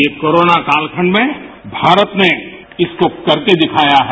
ये कोरोना कालखंड में भारत ने इसको कर के दिखाया है